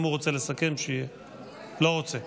אם הוא רוצה לסכם, לא רוצה.